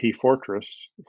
Fortress